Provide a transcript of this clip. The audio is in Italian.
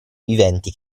viventi